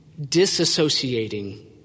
disassociating